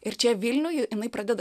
ir čia vilniuj jinai pradeda